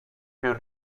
più